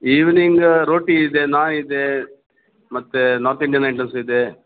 evening ರೋಟಿ ಇದೆ ನಾನ್ ಇದೆ ಮತ್ತು ನಾರ್ತ್ ಇಂಡಿಯನ್ ಐಟಮ್ಸ್ ಇದೆ